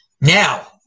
Now